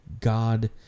God